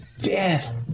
death